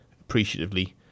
appreciatively